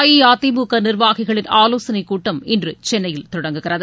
அஇஅதிமுக நீர்வாகிகளின் ஆலோசனைக் கூட்டம் இன்று சென்னையில் தொடங்குகிறது